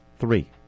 Three